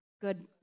good